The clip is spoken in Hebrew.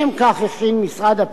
בסיועה של המשטרה,